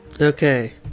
Okay